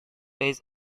days